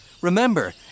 Remember